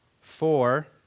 Four